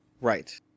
Right